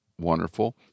wonderful